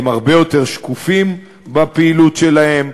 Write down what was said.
והם הרבה יותר שקופים בפעילות שלהם,